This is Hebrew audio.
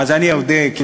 אז אני אודה,